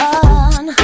on